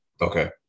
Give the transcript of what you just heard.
Okay